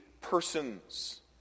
persons